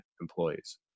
employees